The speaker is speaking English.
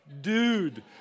Dude